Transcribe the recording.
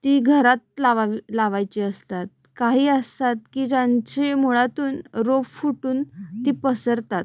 ती घरात लावावी लावायची असतात काही असतात की ज्यांची मुळातून रोप फुटून ती पसरतात